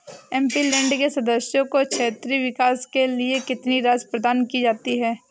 MP land के सदस्यों को क्षेत्रीय विकास के लिए कितनी राशि प्रदान की जाती है?